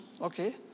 okay